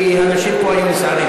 כי אנשים פה היו נסערים.